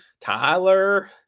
Tyler